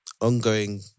ongoing